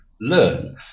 learn